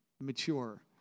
mature